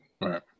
Right